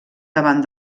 davant